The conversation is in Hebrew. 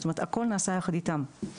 זאת אומרת הכל נעשה יחד איתם.